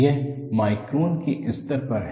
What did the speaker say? यह माइक्रोन के स्तर पर है